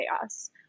chaos